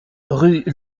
rue